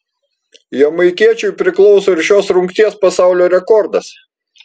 jamaikiečiui priklauso ir šios rungties pasaulio rekordas